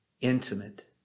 intimate